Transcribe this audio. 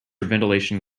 ventilation